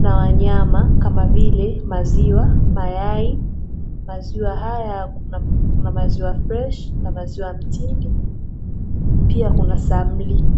na wanyama kama vile maziwa, mayai. Maziwa haya kuna maziwa freshi na maziwa mtindi, pia kuna samli.